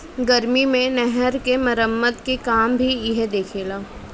गर्मी मे नहर क मरम्मत के काम भी इहे देखेला